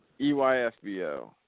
EYFBO